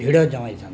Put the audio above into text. ଭିଡ଼ ଜମାଇ ଥାନ୍ତି